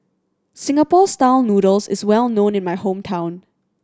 Singapore Style Noodles is well known in my hometown